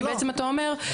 כי בעצם אתה אומר --- לא,